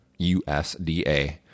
USDA